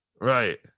right